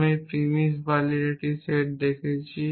আমি প্রিমিস বালির একটি সেট দিয়েছি